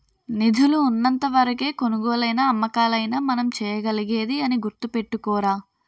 నిధులు ఉన్నంత వరకే కొనుగోలైనా అమ్మకాలైనా మనం చేయగలిగేది అని గుర్తుపెట్టుకోరా